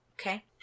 Okay